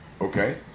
okay